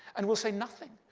and we'll say, nothing.